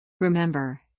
Remember